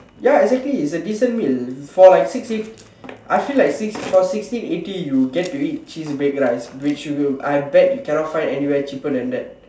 ya exactly it's a decent meal for like six eighty I feel like six for six eighty you get to eat cheese baked rice which you I bet you cannot find anywhere cheaper than that